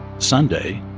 sunday,